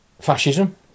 fascism